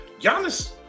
Giannis